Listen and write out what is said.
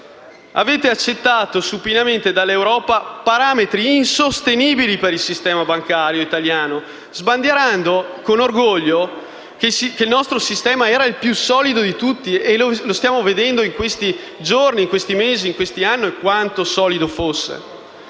Avete accettato supinamente dall'Europa parametri insostenibili per il sistema bancario italiano, sbandierando con orgoglio che il nostro sistema era il più solido di tutti e stiamo vedendo in questi mesi e in questi anni quanto solido fosse.